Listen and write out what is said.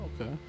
Okay